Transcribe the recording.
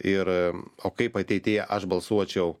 ir o kaip ateityje aš balsuočiau